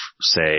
say